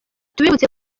tubibutse